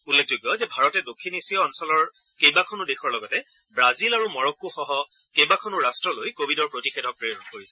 উল্লেখযোগ্য যে ভাৰতে দক্ষিণ এছীয় অঞ্চলৰ কেইবাখনো দেশৰ লগতে ৱাজিল আৰু মৰক্কোসহ কেইবাখনো ৰাট্টলৈ কভিডৰ প্ৰতিষেধক প্ৰেৰণ কৰিছে